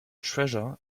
treasure